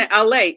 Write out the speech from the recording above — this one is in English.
LA